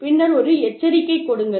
பின்னர் ஒரு எச்சரிக்கை கொடுங்கள்